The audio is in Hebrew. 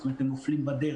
זאת אומרת שהם נופלים בדרך.